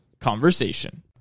conversation